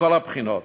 מכל הבחינות.